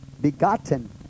begotten